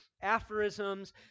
aphorisms